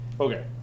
Okay